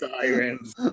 sirens